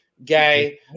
gay